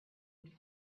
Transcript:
would